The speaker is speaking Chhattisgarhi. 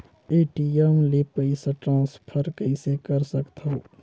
ए.टी.एम ले पईसा ट्रांसफर कइसे कर सकथव?